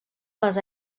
les